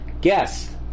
guess